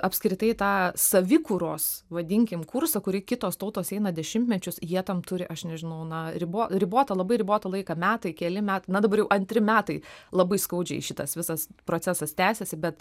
apskritai tą savikūros vadinkim kursą kurį kitos tautos eina dešimtmečius jie tam turi aš nežinau na ribo ribotą labai ribotą laiką metai keli metai na dabar jau antri metai labai skaudžiai šitas visas procesas tęsiasi bet